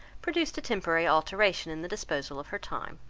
produced a temporary alteration in the disposal of her time,